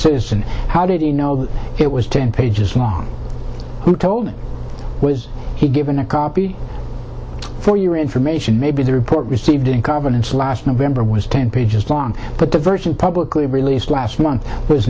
citizen how did he know that it was ten pages long who told was he given a copy for your information maybe the report received in confidence last november was ten pages long but the version publicly released last month was